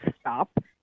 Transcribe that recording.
stop